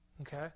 Okay